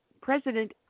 president